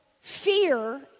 fear